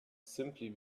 simply